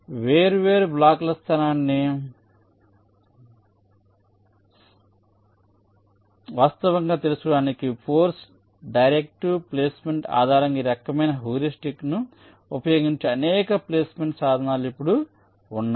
వేర్వేరు బ్లాకుల స్థానాన్ని వాస్తవంగా తెలుసుకోవడానికి ఫోర్స్ డైరెక్టివ్ ప్లేస్మెంట్ ఆధారంగా ఈ రకమైన హ్యూరిస్టిక్ను ఉపయోగించే అనేక ప్లేస్మెంట్ సాధనాలు ఇప్పుడు ఉన్నాయి